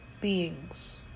beings